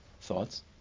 thoughts